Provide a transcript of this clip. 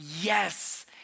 Yes